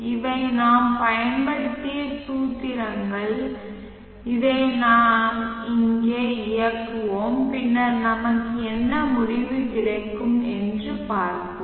இவை நாம் பயன்படுத்திய சூத்திரங்கள் இதை நாங்கள் இயக்குவோம் பின்னர் நமக்கு என்ன முடிவு கிடைக்கும் என்று பார்ப்போம்